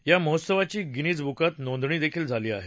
या महोत्सवाची गिनीस बुकात नोंदणी झाली आहे